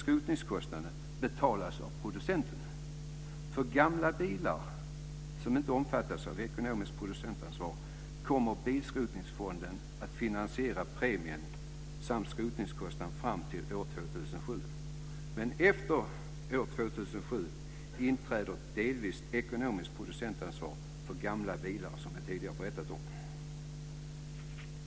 Skrotningskostnaden betalas däremot av producenten. För gamla bilar som inte omfattas av ekonomiskt producentansvar kommer bilskrotningsfonden att finansiera premien samt skrotningskostnaden fram till år 2007. Men efter år 2007 inträder delvis ett ekonomiskt producentansvar för gamla bilar, som jag tidigare berättat om.